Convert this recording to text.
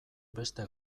beste